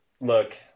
look